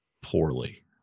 poorly